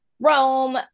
Rome